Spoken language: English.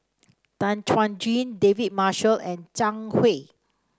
Tan Chuan Jin David Marshall and Zhang Hui